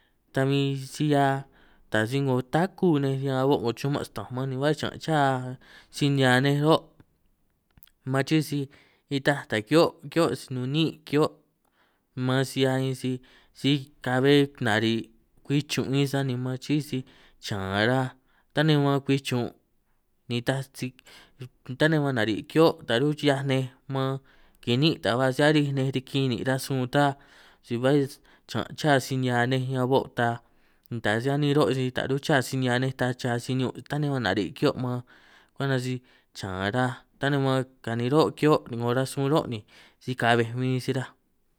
Ta huin si 'hia ta si 'ngo táku nej ñan o' 'ngo chuman' sta'anj man ni hue chiñanj ya si nihia' nej ro', man chii si nitaj taj kio' kio' si nun niin' kio', man si 'hia huin si si ka'bbe nari' kwi chun' huin sani man chii si chaan raj, tanej man kwi chun' ni taj si tanej man nari' kio taj run' kihiaj nej man, kiniín' ta ba si arij nej riki nin' rasun ta si ba chiñan' chá si nihia nej ñan o' taaj, taj si anin ro' si taj run' cha si nihia nej ta ya si nihio' tanej nari' ki'hio man kwenta si chan raj, tanej man kanin ro' kio' ni 'ngo rasun ro' ni si ka'bbej min si raj.